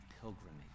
pilgrimage